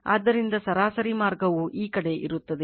ಆದ್ದರಿಂದ ಸರಾಸರಿ ಮಾರ್ಗವು ಈ ಕಡೆ ಇರುತ್ತದೆ